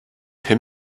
him